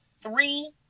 three